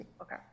Okay